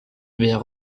wer